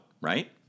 right